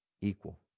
equal